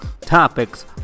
topics